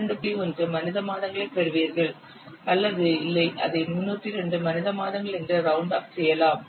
1 மனித மாதங்களைப் பெறுவீர்கள் அல்லது இல்லை அதை 302 மனித மாதங்கள் என்று ரவுண்ட் ஆப் செய்யலாம்